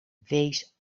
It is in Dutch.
wees